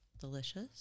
Delicious